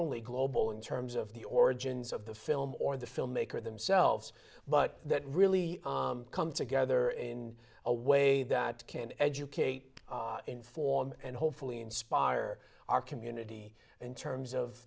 only global in terms of the origins of the film or the filmmaker themselves but that really come together in a way that can educate inform and hopefully inspire our community in terms of